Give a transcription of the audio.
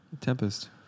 Tempest